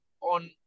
on